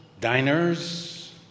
diners